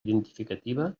identificativa